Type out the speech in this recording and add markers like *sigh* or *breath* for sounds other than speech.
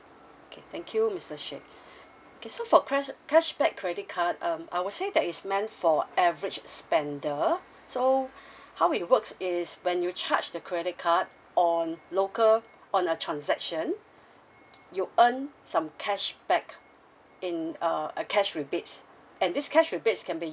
okay thank you mister sheikh *breath* okay so for crest uh cashback credit card um I would say that it's meant for average spender so *breath* how it works is when you charge the credit card on local on a transaction *breath* you earn some cashback in uh a cash rebates and this cash rebates can be